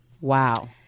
Wow